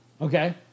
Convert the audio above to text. Okay